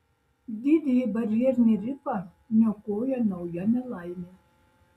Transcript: didįjį barjerinį rifą niokoja nauja nelaimė